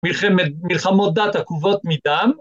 ‫מלחמת מלחמות דת עקובות מדם.